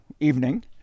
evening